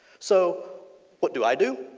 so what do i do?